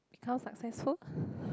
become successful